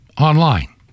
online